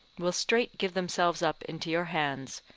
will straight give themselves up into your hands,